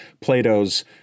Plato's